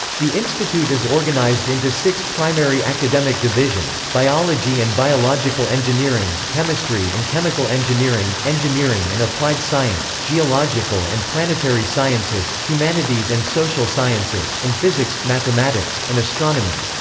the institute is organized into six primary academic divisions biology and biological engineering, chemistry and chemical engineering, engineering and applied science, geological and planetary sciences, humanities and social sciences, and physics, mathematics and astronomy.